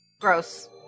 gross